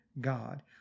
God